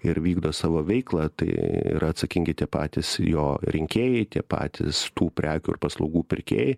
ir vykdo savo veiklą tai yra atsakingi tie patys jo rinkėjai tie patys tų prekių ir paslaugų pirkėjai